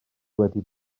wedi